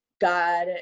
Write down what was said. God